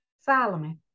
solomon